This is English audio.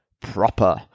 proper